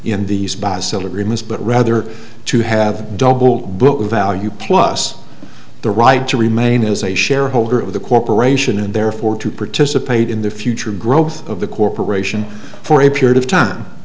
in these basel agreements but rather to have a double value plus the right to remain as a shareholder of the corporation and therefore to participate in the future growth of the corporation for a period of time